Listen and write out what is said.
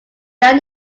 down